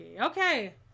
Okay